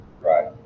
right